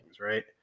right